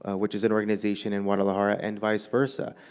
ah which is an organization in guadalajara and vice versa.